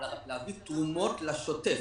להביא תרומות לשוטף.